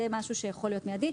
זה משהו שיכול להיות מיידי.